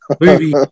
movie